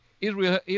Israel